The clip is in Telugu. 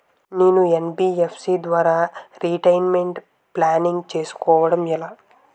నేను యన్.బి.ఎఫ్.సి ద్వారా రిటైర్మెంట్ ప్లానింగ్ చేసుకోవడం ఎలా?